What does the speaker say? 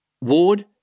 Ward